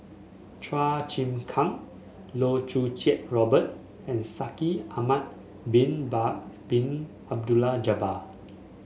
Chua Chim Kang Loh Choo Kiat Robert and Shaikh Ahmad Bin Bakar Bin Abdullah Jabbar